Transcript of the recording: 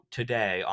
today